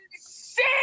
sick